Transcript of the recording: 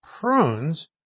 prunes